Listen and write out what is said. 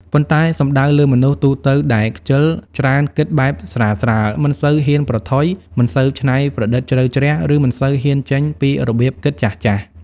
ប៉ុន្តែសំដៅលើ មនុស្សទូទៅដែលខ្ជិល ច្រើនគិតបែបស្រាលៗ មិនសូវហ៊ានប្រថុយ មិនសូវច្នៃប្រឌិតជ្រៅជ្រះ ឬមិនសូវហ៊ានចេញពីរបៀបគិតចាស់ៗ។